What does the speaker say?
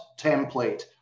template